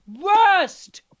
worst